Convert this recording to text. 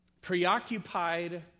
Preoccupied